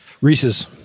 Reese's